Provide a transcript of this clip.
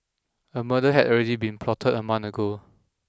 a murder had already been plotted a month ago